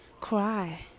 cry